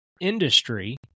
industry